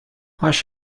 wash